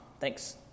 Thanks